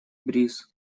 бриз